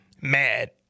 Mad